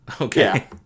okay